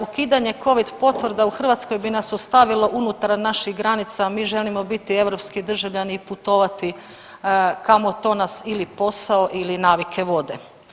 Ukidanje Covid potvrda u Hrvatskoj bi nas ostavilo unutar naših granica, a mi želimo biti europski državljani i putovati kamo to nas ili posao ili navike vode.